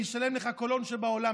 אני אשלם לך כל הון שבעולם,